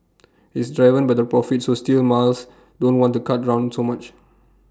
it's driven by the profit so steel miles don't want to cut drown so much